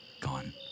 gone